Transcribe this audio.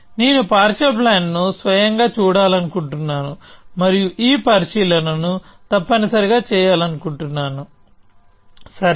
నేను partial plan ను స్వయంగా చూడాలనుకుంటున్నాను మరియు ఈ పరిశీలనను తప్పనిసరిగా చేయాలను కుంటున్నాను సరే